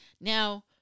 Now